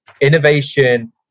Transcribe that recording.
innovation